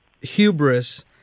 hubris